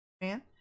man